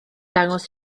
dangos